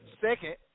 second